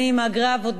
מהגרי העבודה,